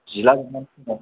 जिलाजोबनायसो दां